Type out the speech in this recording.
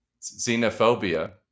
xenophobia